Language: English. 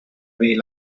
away